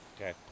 Okay